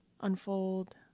unfold